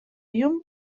llum